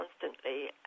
constantly